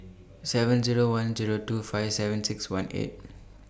seven Zero one Zero two five seven six one eight